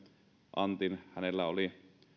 antin hänellä oli